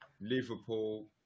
Liverpool